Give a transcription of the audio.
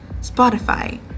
spotify